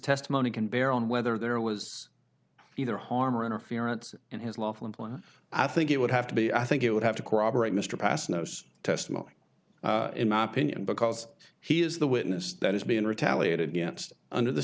testimony can bear on whether there was either harm or interference in his lawful employment i think it would have to be i think it would have to corroborate mr pass knows testimony in my opinion because he is the witness that is being retaliated against under the